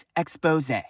expose